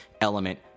element